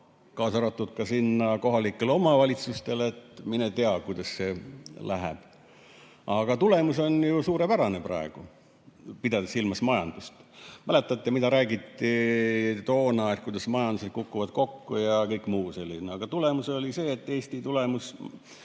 kaasa arvatud ka kohalikele omavalitsustele, et mine tea, kuidas see läheb. Aga tulemus on ju suurepärane praegu, pidades silmas majandust. Mäletate, mida räägiti toona, kuidas majandused kukuvad kokku ja kõik muu selline, aga tulemus oli see, et Eesti tulemus